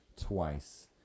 twice